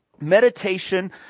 Meditation